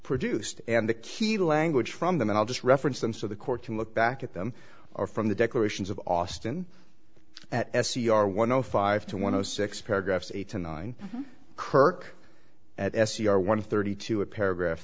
produced and the key language from them and i'll just reference them so the court can look back at them or from the declarations of austin at s c r one zero five two one zero six paragraphs eight to nine kirk at s c r one thirty two a paragraph